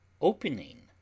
Opening